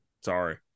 Sorry